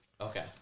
Okay